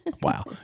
Wow